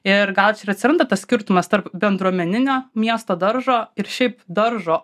ir gal čia ir atsiranda tas skirtumas tarp bendruomeninio miesto daržo ir šiaip daržo